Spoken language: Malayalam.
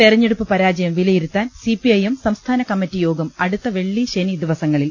തെരഞ്ഞെടുപ്പ് പരാജയം വിലയിരുത്താൻ സിപിഐഎം സംസ്ഥാനകമ്മിറ്റി യോഗം അടുത്ത വെള്ളി ശനി ദിവസങ്ങ ളിൽ